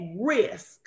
risk